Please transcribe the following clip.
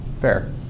Fair